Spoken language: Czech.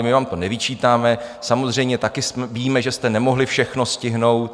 My vám to nevyčítáme, samozřejmě taky víme, že jste nemohli všechno stihnout.